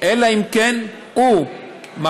אלא אם כן הוא מחליט